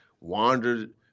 wandered